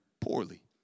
poorly